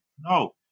No